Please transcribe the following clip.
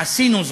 עשינו זאת,